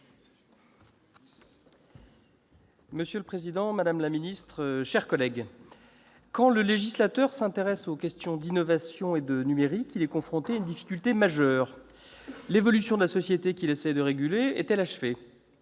Monsieur le président, madame la ministre, mes chers collègues, quand le législateur s'intéresse aux questions d'innovation et aux questions numériques, il est confronté à une difficulté majeure : l'évolution de la société qu'il essaie de réguler est-elle achevée ?